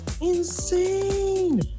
Insane